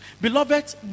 Beloved